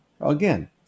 Again